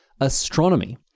astronomy